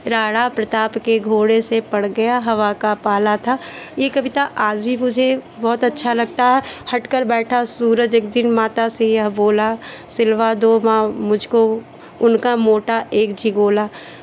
राणा प्रताप के घोड़े से पड़ गया हवा का पाला था ये कविता आज भी मुझे बहुत अच्छा लगता है हठ कर बैठा सूरज एक दिन माता से यह बोला सिलवा दो माँ मुझको उनका मोटा एक झिगोला